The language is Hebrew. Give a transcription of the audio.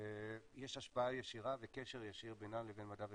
יש השפעה ישירה וקשר ישיר בינם ובין מדע וטכנולוגיה.